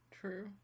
true